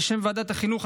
בשם ועדת החינוך,